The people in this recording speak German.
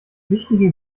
wichtige